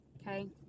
Okay